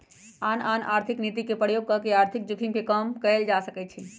आन आन आर्थिक नीति के प्रयोग कऽ के आर्थिक जोखिम के कम कयल जा सकइ छइ